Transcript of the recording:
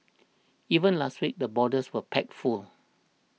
even last week the borders were packed full